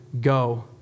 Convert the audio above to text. Go